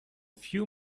few